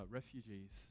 refugees